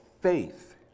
faith